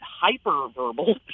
hyper-verbal